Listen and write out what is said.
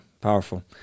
Powerful